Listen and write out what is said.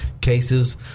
cases